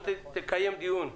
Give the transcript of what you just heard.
תקיים דיון גם